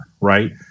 right